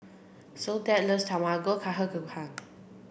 Soledad loves Tamago Kake Gohan